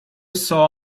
saw